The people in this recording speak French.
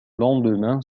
lendemain